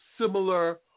similar